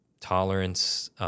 tolerance